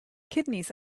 kidneys